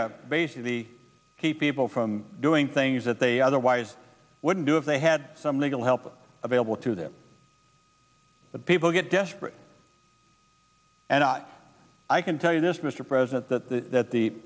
the keep people from doing things that they otherwise wouldn't do if they had some legal help available to them but people get desperate and i can tell you this mr president that the that the